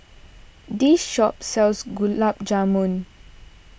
this shop sells Gulab Jamun